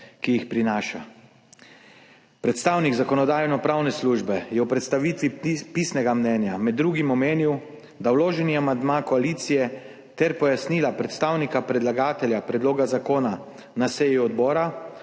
ki jih prinaša. Predstavnik Zakonodajno-pravne službe je v predstavitvi pisnega mnenja med drugim omenil, da vloženi amandma koalicije ter pojasnila predstavnika predlagatelja predloga zakona na seji odbora